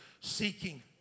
seeking